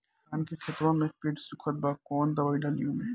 धान के खेतवा मे पेड़ सुखत बा कवन दवाई डाली ओमे?